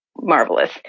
marvelous